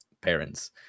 parents